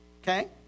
Okay